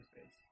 space